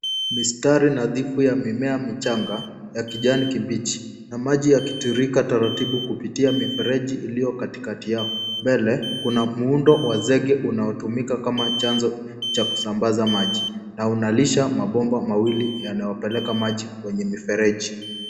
Mistari nadhifu ya mimea michanga ya kijani kibichi na maji yakitiririka taratibu kupitia mifereji iliyo katikati yao. Mbele kuna muundo wa zege unaotumika kama chanzo cha kusambaza maji na unalisha mabomba mawili yanayopeleka maji kwenye mifereji.